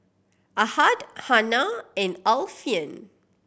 Ahad Hana and Alfian